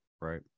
Right